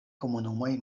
komunumoj